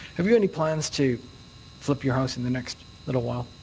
have you any plans to flip your house in the next little while?